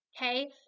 Okay